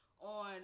on